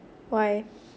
why